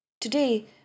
Today